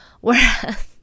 Whereas